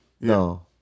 No